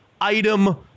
item